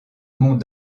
mont